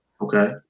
Okay